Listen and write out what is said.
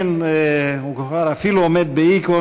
הוא כבר אפילו עומד בהיכון,